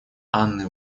анны